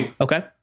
Okay